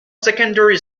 secondary